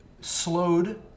slowed